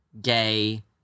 gay